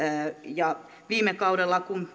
viime kaudella kun